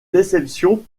déception